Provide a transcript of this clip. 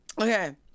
Okay